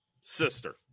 Sister